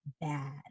bad